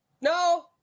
No